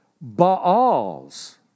Baals